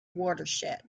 watershed